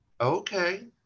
okay